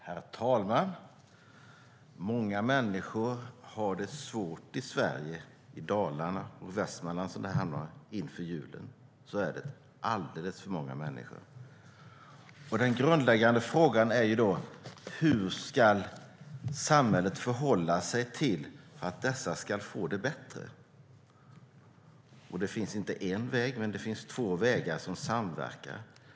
Herr talman! Många människor har det svårt i Sverige - i Dalarna och i Västmanland - inför julen. Så är det - alldeles för många människor. Den grundläggande frågan är: Hur ska samhället förhålla sig så att de får det bättre? Det finns inte en väg utan två, som samverkar.